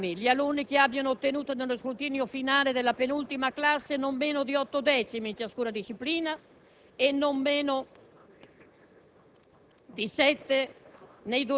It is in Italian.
Possono poi accedere agli esami gli alunni che abbiano ottenuto nello scrutinio finale della penultima classe non meno di otto decimi in ciascun disciplina e non meno